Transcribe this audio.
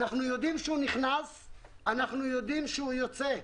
ואנחנו יודעים שהוא נכנס ושהוא יוצא.